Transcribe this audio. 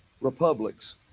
republics